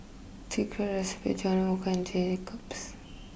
Secret Recipe Jalan Walker and